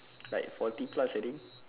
like forty plus already